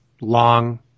long